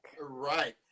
Right